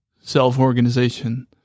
self-organization